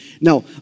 Now